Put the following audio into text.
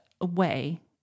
away